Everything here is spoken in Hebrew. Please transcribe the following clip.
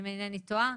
אם אינני טועה,